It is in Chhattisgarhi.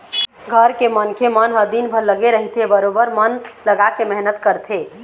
घर के मनखे मन ह दिनभर लगे रहिथे बरोबर मन लगाके मेहनत करथे